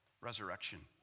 resurrection